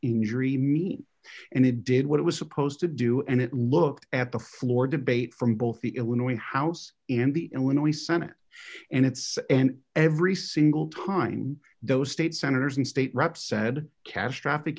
injury me and it did what it was supposed to do and it looked at the floor debate from both the illinois house and the illinois senate and it's and every single time those state senators and state reps said ca